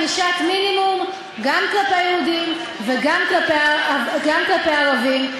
החוק הוא חוק של ענישת מינימום גם כלפי יהודים וגם כלפי ערבים,